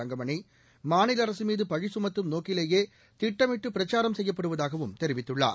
தங்கமணி மாநில அரசுமீது பழிசுமத்தும் நோக்கிலேயே திட்டமிட்டு பிரச்சாரம் செய்யப்படுவதாகவும் தெரிவித்துள்ளார்